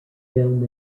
film